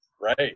Right